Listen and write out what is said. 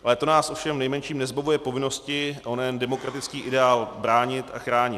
Ale to nás ovšem v nejmenším nezbavuje povinnosti onen demokratický ideál bránit a chránit.